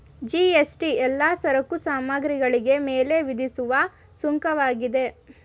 GST ಎಲ್ಲಾ ಸರಕು ಸಾಮಗ್ರಿಗಳಿಗೆ ಮೇಲೆ ವಿಧಿಸುವ ಸುಂಕವಾಗಿದೆ